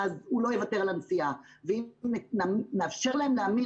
הוא לא יוותר על הנסיעה ואם נאפשר להם להמיר